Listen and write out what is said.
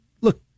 Look